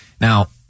Now